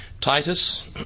Titus